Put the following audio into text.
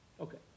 Okay